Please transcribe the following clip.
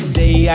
day